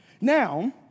Now